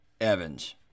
Evans